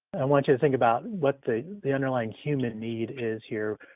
i want you to think about what the the underlined human need is here